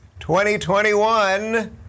2021